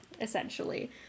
essentially